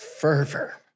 fervor